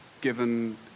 given